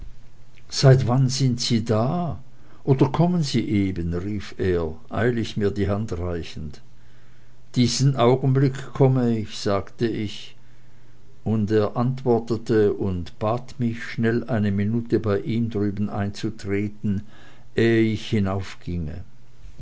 seit wann sind sie da oder kommen sie eben rief er eilig mir die hand reichend diesen augenblick komm ich sagte ich und er antwortete und bat mich schnell eine minute bei ihm drüben einzutreten eh ich